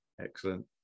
Excellent